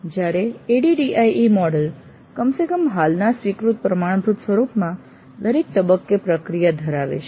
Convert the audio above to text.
જ્યારે ADDIE model કમ સે કમ હાલના સ્વીકૃત પ્રમાણભૂત સ્વરૂપમાં દરેક તબક્કે પ્રતિક્રિયા ધરાવે છે